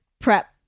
prep